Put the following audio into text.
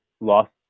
lost